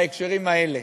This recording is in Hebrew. בהקשרים האלה,